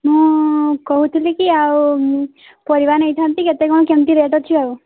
ମୁଁ କହୁଥିଲି କି ଆଉ ପରିବା ନେଇଥାନ୍ତି କେତେ କ'ଣ କେମତି ରେଟ୍ ଅଛି ଆଉ